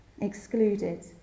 excluded